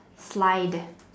slide